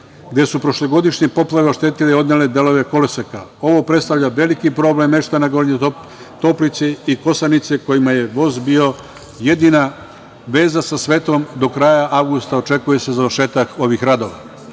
gde su prošlogodišnje poplave oštetile i odnele delove koloseka. Ovo predstavlja veliki problem meštana Gornje Toplice i Kosanice kojima je voz bio jedina veza sa svetom. Do kraja avgusta očekuje se završetak ovih radova. Novim